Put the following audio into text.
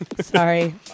sorry